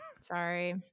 Sorry